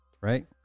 Right